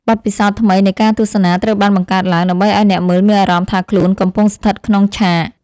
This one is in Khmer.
បទពិសោធន៍ថ្មីនៃការទស្សនាត្រូវបានបង្កើតឡើង ដើម្បីឱ្យអ្នកមើលមានអារម្មណ៍ថាខ្លួនកំពុងស្ថិតក្នុងឆាក។